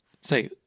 say